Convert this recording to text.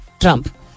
Trump